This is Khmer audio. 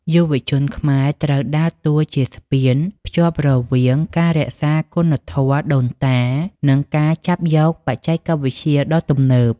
យុវជនខ្មែរត្រូវដើរតួជាស្ពានភ្ជាប់រវាងការរក្សាគុណធម៌ដូនតា និងការចាប់យកបច្ចេកវិទ្យាដ៏ទំនើប។